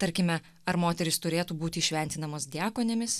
tarkime ar moterys turėtų būti šventinamos diakonėmis